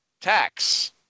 tax